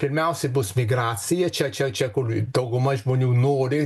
pirmiausiai bus migracija čia čia čia kur dauguma žmonių nori